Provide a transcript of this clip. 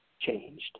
changed